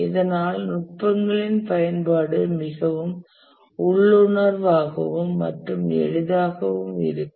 இதனால் நுட்பங்களின் பயன்பாடு மிகவும் உள்ளுணர்வாகவும் மற்றும் எளிதாகவும் இருக்கும்